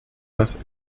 das